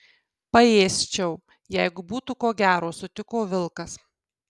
paėsčiau jeigu būtų ko gero sutiko vilkas